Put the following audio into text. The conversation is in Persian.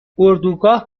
اردوگاه